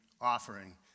offering